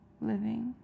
living